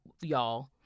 y'all